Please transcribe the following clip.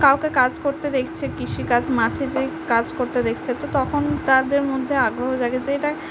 কাউকে কাজ করতে দেখছে কৃষিকাজ মাঠে যেয়ে কাজ করতে দেখছে তো তখন তাদের মধ্যে আগ্রহ জাগে যে এটা